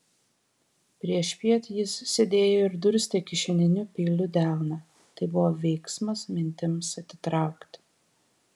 priešpiet jis sėdėjo ir durstė kišeniniu peiliu delną tai buvo veiksmas mintims atitraukti